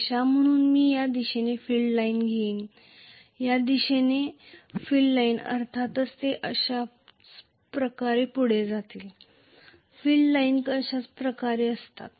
रेषा म्हणून मी या दिशेने फील्ड लाइन घेईन या दिशेने फील्ड लाईन अर्थातच ते अशाच प्रकारे पुढे जातील फील्ड लाईन अशाच प्रकारे असणार आहेत